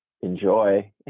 enjoy